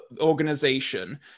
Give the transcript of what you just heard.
organization